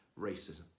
racism